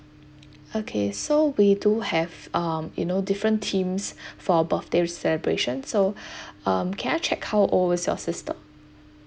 okay so we do have um you know different themes for birthday celebration so um can I check how old is your sister